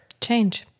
Change